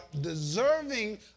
deserving